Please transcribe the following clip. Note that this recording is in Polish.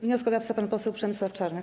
Wnioskodawca, pan poseł Przemysław Czarnek.